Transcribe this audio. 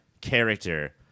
character